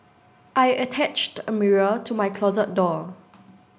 I attached a mirror to my closet door